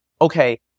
okay